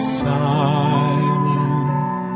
silent